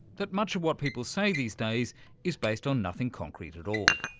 that much of what people say these days is based on nothing concrete at all.